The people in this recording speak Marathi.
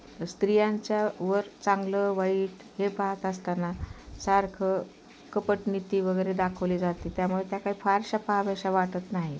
स्त्रियांच्या वर चांगलं वाईट हे पाहत असताना सारखं कपटनीती वगैरे दाखवली जाते त्यामुळे त्या काही फारशा पाहाव्याशा वाटत नाहीत